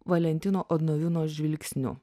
valentino odnoviūno žvilgsniu